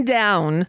down